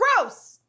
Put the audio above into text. gross